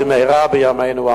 במהרה בימינו,